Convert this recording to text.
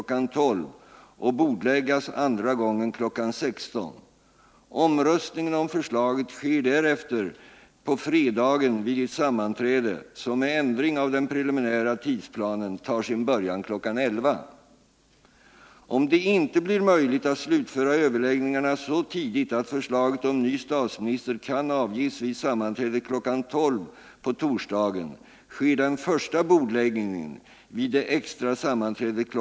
12.00 och bordläggas andra gången kl. 16.00. Omröstningen om förslaget sker därefter på fredagen vid ett sammanträde som, med ändring av den preliminära tidsplanen, tar sin början kl. 11.00. Om det inte blir möjligt att slutföra överläggningarna så tidigt att förslaget om ny statsminister kan avges vid sammanträdet kl. 12.00 på torsdagen sker den första bordläggningen vid det extra sammanträdet kl.